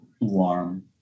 Warm